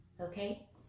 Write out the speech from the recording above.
Okay